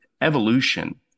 evolution